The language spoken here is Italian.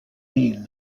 min